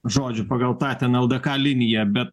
žodžiu pagal tą ten ldk liniją bet